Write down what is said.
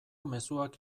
mezuak